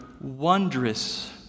wondrous